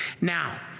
Now